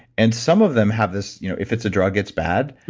and some of them have this you know if it's a drug it's bad,